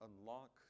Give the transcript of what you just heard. unlock